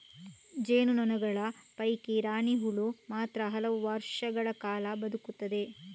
ಜೇನು ನೊಣಗಳ ಪೈಕಿ ರಾಣಿ ಹುಳು ಮಾತ್ರ ಹಲವು ವರ್ಷಗಳ ಕಾಲ ಬದುಕುತ್ತದೆ